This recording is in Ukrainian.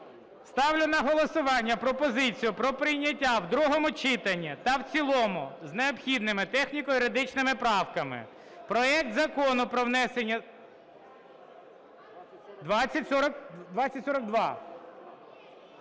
Ставлю на голосування пропозицію про прийняття в другому читанні та в цілому з необхідними техніко-юридичними правками проект Закону про внесення… 2042.